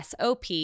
SOP